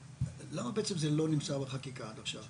למה בעצם זה לא נמצא בחקיקה עד עכשיו?